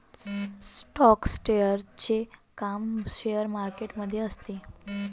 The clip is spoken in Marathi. स्टॉक ट्रेडरचे काम शेअर मार्केट मध्ये असते